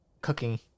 cooking